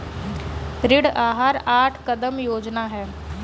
ऋण आहार आठ कदम योजना है